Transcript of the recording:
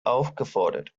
aufgefordert